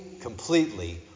completely